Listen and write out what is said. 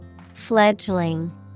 Fledgling